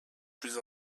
plus